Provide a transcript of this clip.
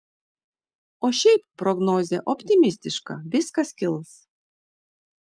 o šiaip prognozė optimistiška viskas kils